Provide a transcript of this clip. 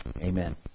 Amen